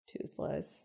Toothless